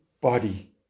body